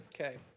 okay